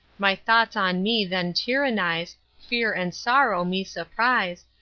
my thoughts on me then tyrannise, fear and sorrow me surprise,